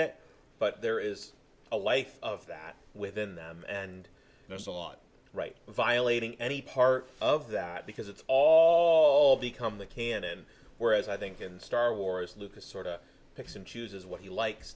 it but there is a life of that within them and there's a lot right violating any part of that because it's become the canon whereas i think in star wars lucas sort of picks and chooses what he likes